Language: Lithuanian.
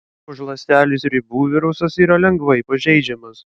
už ląstelės ribų virusas yra lengvai pažeidžiamas